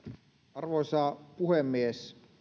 arvoisa puhemies